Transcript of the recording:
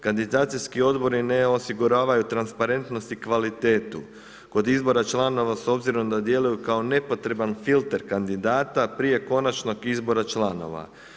Kandidacijski odbori ne osiguravaju transparentnost i kvalitetu kod izbora članova s obzirom da djeluju kao nepotreban filter kandidata, prije konačnog izbora članova.